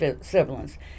siblings